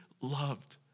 loved